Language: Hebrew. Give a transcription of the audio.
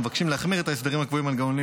אנו מבקשים להחמיר את ההסדרים הקבועים במנגנונים